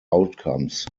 outcomes